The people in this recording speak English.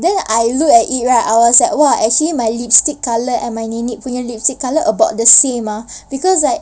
then I looked at it right I was like !wah! actually my lipstick colour and my nenek punya lipstick colour about the same ah because like